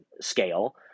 scale